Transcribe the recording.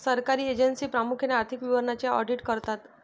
सरकारी एजन्सी प्रामुख्याने आर्थिक विवरणांचे ऑडिट करतात